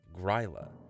Gryla